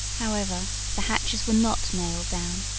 however the hatches were not nailed down